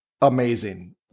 amazing